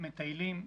מטיילים,